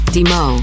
Demo